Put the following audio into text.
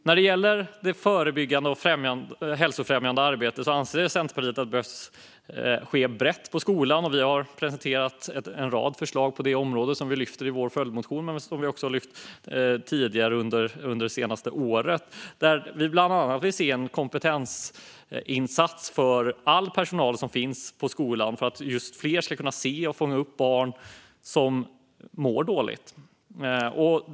När det gäller det förebyggande och hälsofrämjande arbetet anser vi i Centerpartiet att det behöver ske brett på skolan. Vi har presenterat en rad förslag på området som vi lyfter fram i vår följdmotion. Vi har också lyft fram detta tidigare, under det senaste året. Vi vill bland annat se en kompetensinsats för all personal som finns på skolan för att fler ska kunna se och fånga upp barn som mår dåligt.